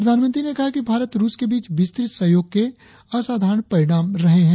प्रधानमंत्री ने कहा कि भारत रुस के बीच विस्तृत सहयोग के असाधारण परिणाम रहे है